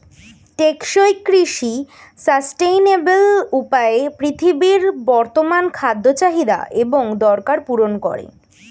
টেকসই কৃষি সাস্টেইনেবল উপায়ে পৃথিবীর বর্তমান খাদ্য চাহিদা এবং দরকার পূরণ করে